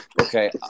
Okay